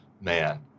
man